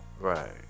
Right